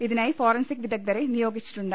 ഇതിനായി ഫോറൻസിക് വിദഗ്ധരെ നിയോഗിച്ചിട്ടുണ്ട്